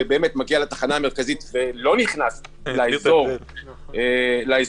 ומגיע לתחנה המרכזית ולא נכנס לאזור הירוק